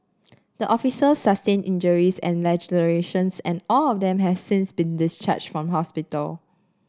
the officer sustained injuries and lacerations and all of them have since been discharged from hospital